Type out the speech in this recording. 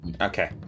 Okay